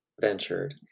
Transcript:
ventured